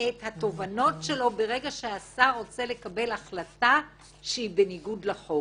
בדרך כלל, בין בחירות לבחירות זה ארבע שנים, נכון?